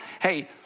hey